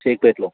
షేక్ పేటలో